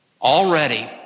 Already